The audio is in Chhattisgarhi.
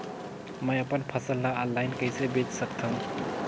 मैं अपन फसल ल ऑनलाइन कइसे बेच सकथव?